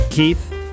Keith